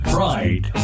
Pride